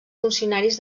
funcionaris